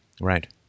right